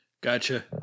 Gotcha